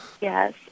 Yes